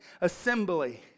assembly